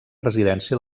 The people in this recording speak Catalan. residència